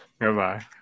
goodbye